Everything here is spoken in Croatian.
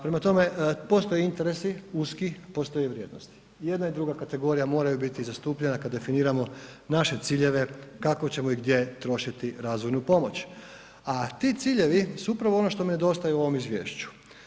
Prema tome, postoje interesi uski, postoje i vrijednosti, i jedna i druga kategorija moraju biti zastupljena kad definiramo naše ciljeve kako ćemo i gdje trošiti razvojnu pomoć, a ti ciljevi su upravo ono što nedostaje u ovom izvješću.